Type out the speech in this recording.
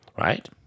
Right